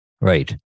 Right